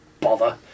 bother